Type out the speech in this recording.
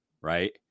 right